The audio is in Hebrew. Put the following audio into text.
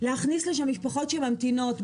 ולהכניס לשם משפחות שממתינות.